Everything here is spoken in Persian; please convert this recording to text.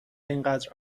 اینقدر